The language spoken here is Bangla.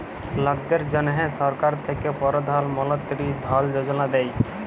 লকদের জ্যনহে সরকার থ্যাকে পরধাল মলতিরি ধল যোজলা দেই